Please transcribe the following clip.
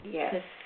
Yes